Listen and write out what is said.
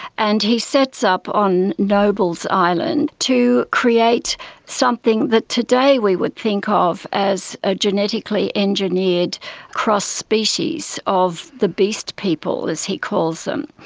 and he sets up on noble's island to create something that today we would think ah of as a genetically engineered cross-species of the beast people, as he calls them.